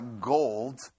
gold